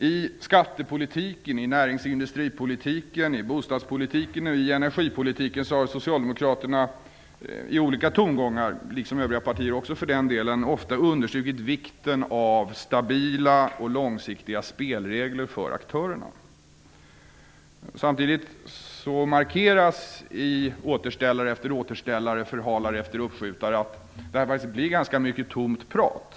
I skatte-, näringsindustri-, bostads och energipolitiken har Socialdemokraterna i olika tongångar - liksom även övriga partier för den delen - ofta understrukit vikten av stabila och långsiktiga spelregler för aktörerna. Samtidigt markeras i återställare efter återställare och i förhalare och uppskjutare att det faktiskt blir ganska mycket tomt prat.